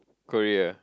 Korea